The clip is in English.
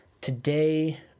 Today